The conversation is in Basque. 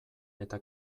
eta